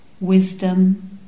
Wisdom